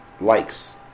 Likes